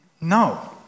No